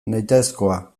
nahitaezkoa